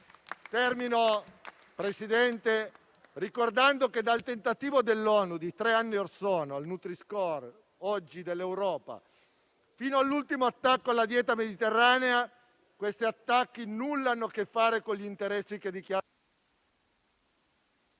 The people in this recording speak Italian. signor Presidente, ricordo che dal tentativo dell'ONU di tre anni or sono, il nutri-score, oggi dell'Europa, fino all'ultimo attacco alla dieta mediterranea, questi attacchi nulla hanno a che fare con gli interessi che...